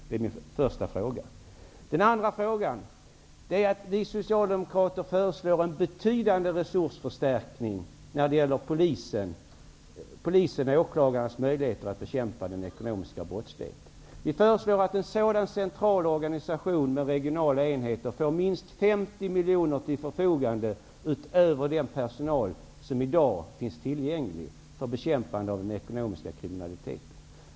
Den andra frågan utgår från att vi socialdemokrater föreslår en betydande resursförstärkning när det gäller polisens och åklagarnas möjligheter att bekämpa den ekonomiska brottsligheten. Vi föreslår att en sådan central organisation med regionala enheter får minst 50 miljoner kronor till förfogande utöver den personal som i dag finns tillgänglig för bekämpande av den ekonomiska kriminaliteten.